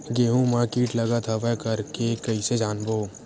गेहूं म कीट लगत हवय करके कइसे जानबो?